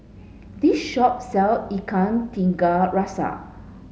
this shop sell Ikan Tiga Rasa